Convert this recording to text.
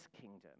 kingdom